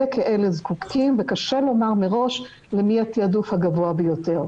אלה כמו אלה זקוקים וקשה לומר מראש למי התעדוף הגבוה ביותר.